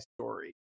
story